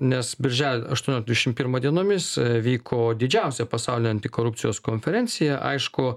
nes birželio aštuonioliktą dvidešimt pirmą dienomis vyko didžiausia pasaulyje antikorupcijos konferencija aišku